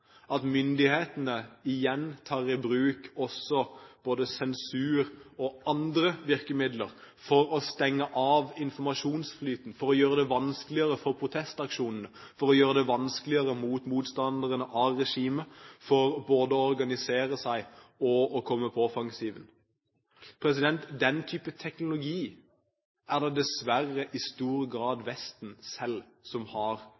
at myndighetene igjen tar i bruk også både sensur og andre virkemidler for å stenge av informasjonsflyten, for å gjøre det vanskeligere for protestaksjonene, for å gjøre det vanskeligere for motstanderne av regimet både å organisere seg og komme på offensiven. Den type teknologi er det dessverre i stor grad Vesten selv som over lang tid har